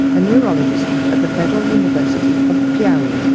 a neurologist at the federal university of piaui,